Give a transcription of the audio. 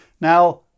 Now